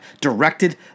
directed